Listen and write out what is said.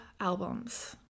albums